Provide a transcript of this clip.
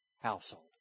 household